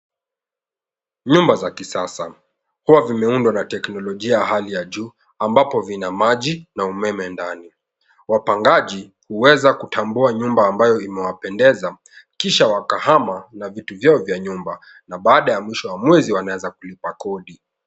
Nyumba za kisasa, huwa vimeundwa na teknolojia ya hali ya juu ambapo vina maji na umeme ndani. Wapangaji huweza kutambua nyumba ambayo imewapendeza kisha wakahama na vitu vyao vya nyumba na baada ya mwisho wa mwezi wanaweza kulipa kodi.